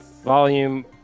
volume